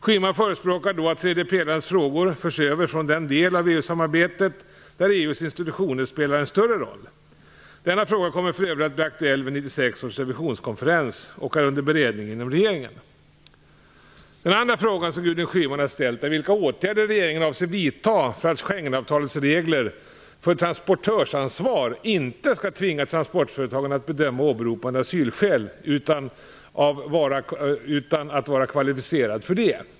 Schyman förespråkar då att tredje pelarens frågor förs över till den del av EU-samarbetet där EU:s institutioner spelar en större roll. Denna fråga kommer för övrigt att bli aktuell vid 1996 års revisionskonferens och är under beredning inom regeringen. Den andra frågan som Gudrun Schyman har ställt är vilka åtgärder regeringen avser vidta för att Schengenavtalets regler för transportörsansvar inte skall tvinga transportföretagen att bedöma åberopade asylskäl utan att vara kvalificerade för det.